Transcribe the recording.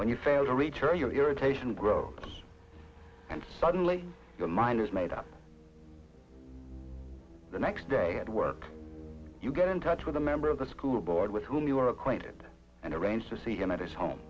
when you fail to return your irritation grow and suddenly your mind is made up the next day at work you get in touch with a member of the school board with whom you are acquainted and arrange to see him at his home